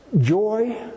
joy